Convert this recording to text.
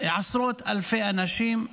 שעשרות אלפי אנשים,